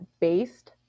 Based